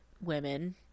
women